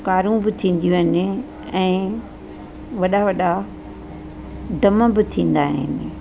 कारूं बि थींदियूं आहिनि ऐं वॾा वॾा डम बि थींदा आहिनि